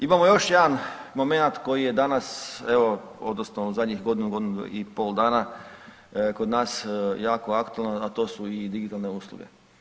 Imamo još jedan momenat koji je danas evo odnosno u zadnjih godinu, godinu i pol dana kod nas jako aktualan, a to su i digitalne usluge.